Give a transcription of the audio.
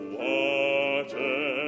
water